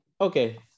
Okay